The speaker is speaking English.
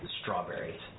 strawberries